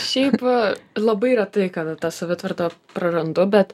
šiaip labai retai kada tą savitvardą prarandu bet